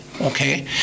Okay